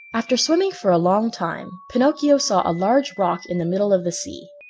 after swimming for a long time, pinocchio saw a large rock in the middle of the sea,